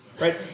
right